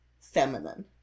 feminine